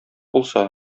булса